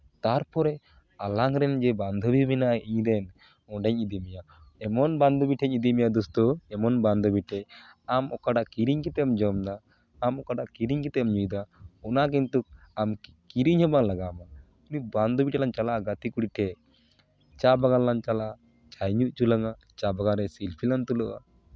ᱛᱟᱨᱯᱚᱨᱮ ᱟᱞᱟᱝ ᱨᱮᱱ ᱡᱮ ᱵᱟᱱᱫᱷᱚᱵᱤ ᱢᱮᱱᱟᱭ ᱤᱧ ᱨᱮᱱ ᱚᱸᱰᱮᱧ ᱤᱫᱤ ᱢᱮᱭᱟ ᱮᱢᱚᱱ ᱵᱟᱱᱫᱷᱚᱵᱤ ᱴᱷᱮᱱᱤᱧ ᱤᱫᱤ ᱢᱮᱭᱟ ᱫᱳᱥᱛᱳ ᱮᱢᱚᱱ ᱵᱟᱱᱫᱷᱚᱵᱤ ᱴᱷᱮᱱ ᱟᱢ ᱚᱠᱟᱴᱟᱜ ᱠᱤᱨᱤᱧ ᱠᱟᱛᱮᱢ ᱡᱚᱢᱫᱟ ᱟᱢ ᱚᱠᱟᱴᱟᱜ ᱠᱤᱨᱤᱧ ᱠᱟᱛᱮᱢ ᱧᱩᱭᱫᱟ ᱚᱱᱟ ᱠᱤᱱᱛᱩ ᱟᱢ ᱠᱤᱨᱤᱧ ᱦᱚᱸ ᱵᱟᱝ ᱞᱟᱜᱟᱣ ᱢᱟ ᱩᱱᱤ ᱵᱟᱱᱫᱷᱚᱵᱤ ᱴᱷᱮᱱ ᱞᱟᱝ ᱪᱟᱞᱟᱜᱼᱟ ᱜᱟᱛᱮ ᱠᱩᱲᱤ ᱴᱷᱮᱱ ᱪᱟ ᱵᱟᱜᱟᱱ ᱞᱟᱝ ᱪᱟᱞᱟᱜᱼᱟ ᱪᱟᱭ ᱧᱩ ᱦᱚᱪᱚ ᱞᱟᱝᱼᱟ ᱪᱟ ᱵᱟᱜᱟᱱ ᱨᱮ ᱥᱮᱞᱯᱷᱤ ᱞᱟᱝ ᱛᱩᱞᱟᱹᱜᱼᱟ